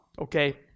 okay